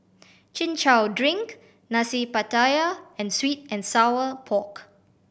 Chin Chow drink Nasi Pattaya and sweet and sour pork